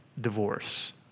divorce